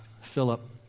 Philip